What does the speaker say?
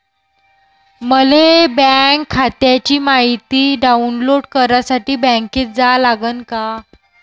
मले बँक खात्याची मायती डाऊनलोड करासाठी बँकेत जा लागन का?